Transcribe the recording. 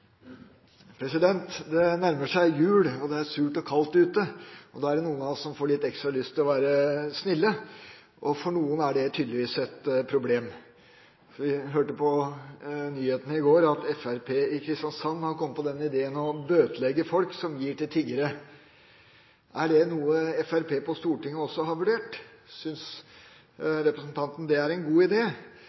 surt og kaldt ute, og da er det noen av oss som får litt ekstra lyst til å være snille. For noen er det tydeligvis et problem. Vi hørte på nyhetene i går at Fremskrittspartiet i Kristiansand har kommet på den ideen å bøtelegge folk som gir til tiggere. Er det noe Fremskrittspartiet på Stortinget også har vurdert? Synes representanten det er en god